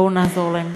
בואו נעזור להם.